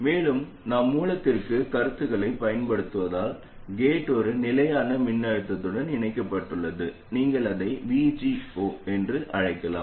மேலும் நாம் மூலத்திற்கு கருத்துக்களைப் பயன்படுத்துவதால் கேட் ஒரு நிலையான மின்னழுத்தத்துடன் இணைக்கப்பட்டுள்ளது நீங்கள் அதை VG0 என்று அழைக்கலாம்